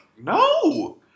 No